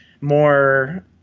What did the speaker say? more